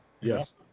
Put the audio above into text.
Yes